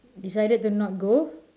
decided to not go